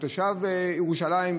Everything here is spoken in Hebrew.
כתושב ירושלים,